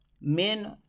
men